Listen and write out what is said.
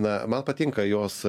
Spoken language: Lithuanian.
na man patinka jos